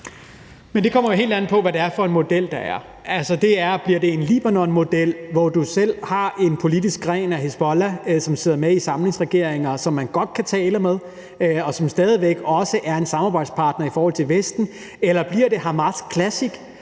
Men det kommer jo helt an på, hvad det er for en model, der er. Bliver det en Libanonmodel, hvor de selv har en politisk gren af Hizbollah, som sidder med i samlingsregeringer, som man godt kan tale med, og som stadig væk også er en samarbejdspartner i forhold til Vesten? Eller bliver det Hamas classic,